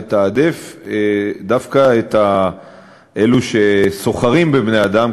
לתעדף דווקא את אלו שסוחרים בבני-אדם,